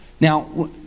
now